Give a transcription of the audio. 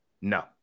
no